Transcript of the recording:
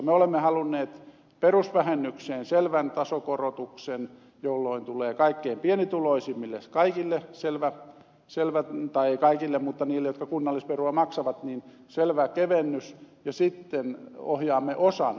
me olemme halunneet perusvähennykseen selvän tasokorotuksen jolloin tulee kaikkein pienituloisimmille kaikille selvä tai ei kaikille mutta niille jotka kunnallisveroa maksavat kevennys ja sitten ohjaamme osan ed